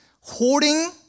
hoarding